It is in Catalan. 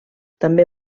també